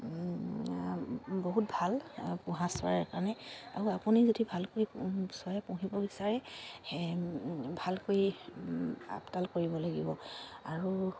বহুত ভাল পোহা চৰাইৰ কাৰণে আৰু আপুনি যদি ভালকৈ চৰাাই পুহিব বিচাৰে ভালকৈ আপদাল কৰিব লাগিব আৰু